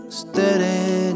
steady